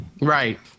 Right